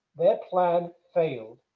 their plan failed.